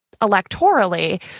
electorally